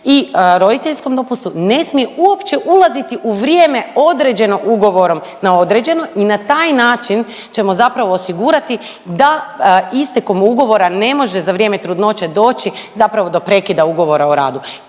i roditeljskom dopustu, ne smije uopće ulaziti u vrijeme određeno ugovorom na određeno i na taj način ćemo zapravo osigurati da istekom ugovora ne može za vrijeme trudnoće doći zapravo do prekida ugovora o radu.